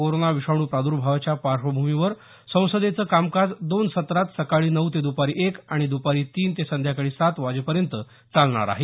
corona विषाणू प्राद्भावाच्या पार्श्वभूमीवर संसदेचं कामकाज दोन सत्रात सकाळी नऊ ते दुपारी एक आणि दुपारी तीन ते संध्याकाळी सात वाजेपर्यंत चालणार आहे